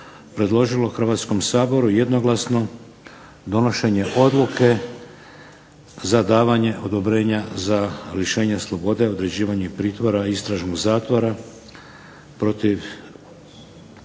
predložilo Hrvatskom saboru jednoglasno donošenje Odluke za davanje odobrenja za lišenje slobode, određivanje pritvora i istražnog zatvora protiv